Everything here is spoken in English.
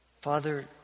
Father